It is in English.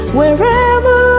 wherever